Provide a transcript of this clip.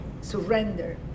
surrender